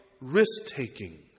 risk-taking